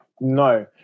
No